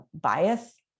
bias